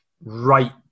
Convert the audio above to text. right